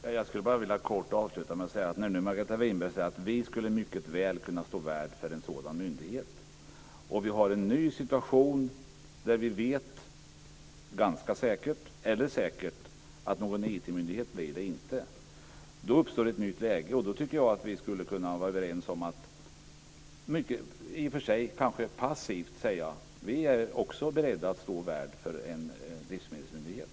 Herr talman! Jag skulle bara kort vilja avsluta med att säga: Margareta Winberg säger nu att Sverige mycket väl skulle kunna stå värd för en sådan myndighet. Vi har en ny situation där vi ganska säkert, eller säkert, vet att någon IT-myndighet blir det inte. Då uppstår ett nytt läge, och då tycker jag att vi skulle kunna vara överens om att, i och för sig kanske passivt, säga: Vi är också beredda att stå värd för en livsmedelsmyndighet.